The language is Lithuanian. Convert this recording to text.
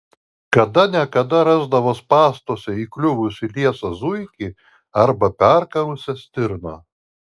kada ne kada rasdavo spąstuose įkliuvusį liesą zuikį arba perkarusią stirną